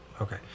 Okay